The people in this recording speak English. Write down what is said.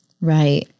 Right